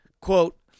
quote